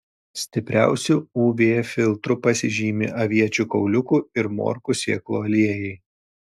stipriausiu uv filtru pasižymi aviečių kauliukų ir morkų sėklų aliejai